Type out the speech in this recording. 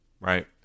right